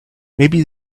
maybe